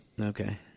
Okay